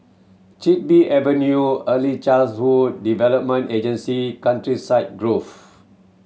Chin Bee Avenue Early child's hood Development Agency Countryside Grove